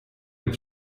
den